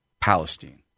Palestine